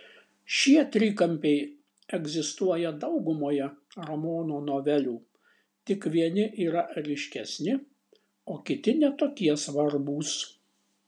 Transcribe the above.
šie trikampiai egzistuoja daugumoje ramono novelių tik vieni yra ryškesni o kiti ne tokie svarbūs